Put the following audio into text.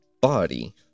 body